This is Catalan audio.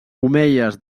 omeies